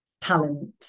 talent